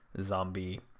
zombie